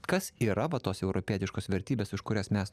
kas yra va tos europietiškos vertybės už kurias mes